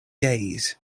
days